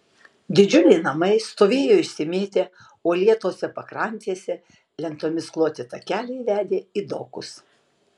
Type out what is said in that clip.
didžiuliai namai stovėjo išsimėtę uolėtose pakrantėse lentomis kloti takeliai vedė į dokus